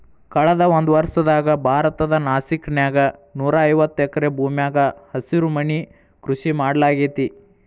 ಕಳದ ಒಂದ್ವರ್ಷದಾಗ ಭಾರತದ ನಾಸಿಕ್ ನ್ಯಾಗ ನೂರಾಐವತ್ತ ಎಕರೆ ಭೂಮ್ಯಾಗ ಹಸಿರುಮನಿ ಕೃಷಿ ಮಾಡ್ಲಾಗೇತಿ